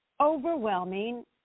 overwhelming